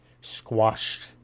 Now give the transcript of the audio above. squashed